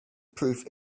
proof